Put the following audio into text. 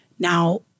Now